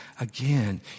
again